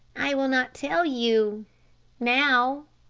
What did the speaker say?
i will not tell you now,